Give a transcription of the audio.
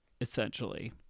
Essentially